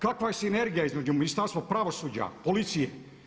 Kakva je sinergija između Ministarstva pravosuđa, policije?